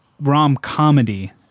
rom-comedy